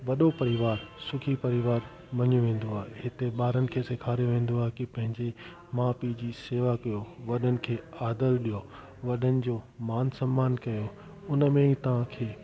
वॾो परिवारु सुखी परिवारु मञियो वेंदो आहे जिते ॿारनि खे सेखारियो वेंदो आहे की पंहिंजे माउ पीउ जी शेवा कयो वॾनि खे आदरु ॾियो वॾनि जो मान सम्मान कयो उन में ई तव्हांखे